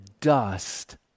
dust